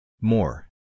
More